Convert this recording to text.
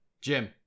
Jim